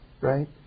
right